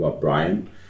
Brian